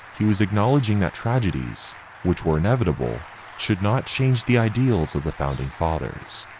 she was acknowledging that tragedies which were inevitable should not change the ideals of the founding fathers.